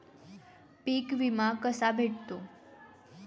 पीक विमा कसा भेटतो?